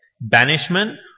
banishment